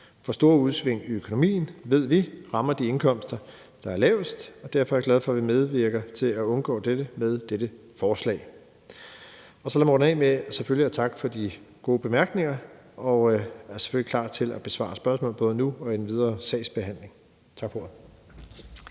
for store udsving i økonomien ved vi rammer de indkomster, der er lavest, og derfor er jeg glad for, at vi medvirker til at undgå dette med dette forslag. Lad mig runde af med selvfølgelig at takke for de gode bemærkninger, og jeg er selvfølgelig klar til at besvare spørgsmål både nu og i den videre sagsbehandling. Tak for